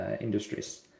industries